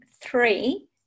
three